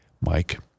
Mike